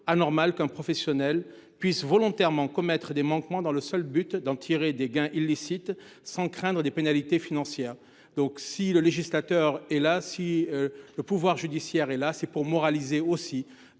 anormal qu’un professionnel puisse volontairement commettre des manquements dans le seul but d’en tirer des gains illicites, sans craindre des pénalités financières. Le législateur, de même que le pouvoir judiciaire, est là pour moraliser la